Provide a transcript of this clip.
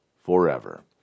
forever